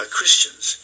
Christians